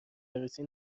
عروسی